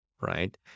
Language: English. right